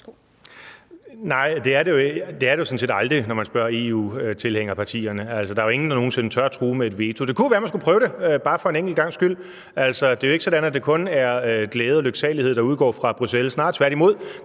Nej, det er det jo sådan set aldrig, når man spørger EU-tilhængerpartierne. Der er jo ingen, der nogen sinde tør true med et veto. Det kunne jo være, man skulle prøve det bare for en enkelt gangs skyld. Det er jo ikke sådan, at det kun er glæde og lyksalighed, der udgår fra Bruxelles – snarere tværtimod.